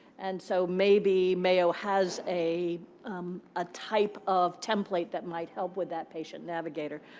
and so maybe mayo has a ah type of template that might help with that patient navigator.